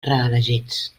reelegits